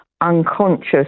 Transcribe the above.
unconscious